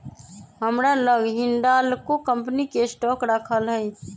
हमरा लग हिंडालको कंपनी के स्टॉक राखल हइ